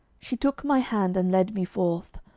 she took my hand and led me forth.